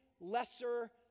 lesser